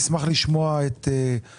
אני אשמח לשמוע את גישת